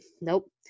nope